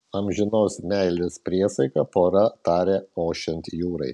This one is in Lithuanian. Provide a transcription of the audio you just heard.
amžinos meilės priesaiką pora tarė ošiant jūrai